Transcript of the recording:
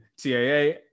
TAA